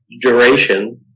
duration